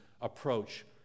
approach